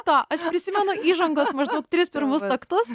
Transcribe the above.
to aš prisimenu įžangos maždaug tris pirmus taktus